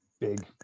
big